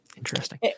Interesting